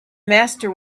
master